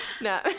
No